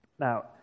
Now